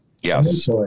Yes